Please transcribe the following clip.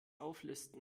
auflisten